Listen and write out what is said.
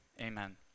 Amen